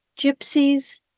Gypsies